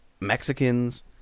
Mexicans